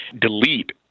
delete